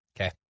okay